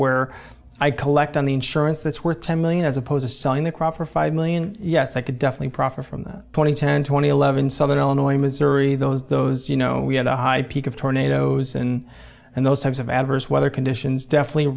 where i collect on the insurance that's worth ten million as opposed to selling the crop for five million yes i could definitely profit from that twenty ten twenty eleven southern illinois missouri those those you know we had a high peak of tornadoes in and those types of adverse weather conditions definitely